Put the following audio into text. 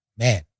Man